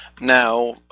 Now